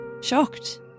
shocked